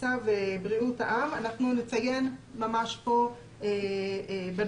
בצו בריאות העם, אנחנו נציין ממש כאן בנוסח.